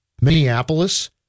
Minneapolis